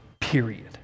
period